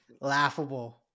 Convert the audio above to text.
laughable